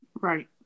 right